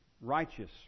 righteous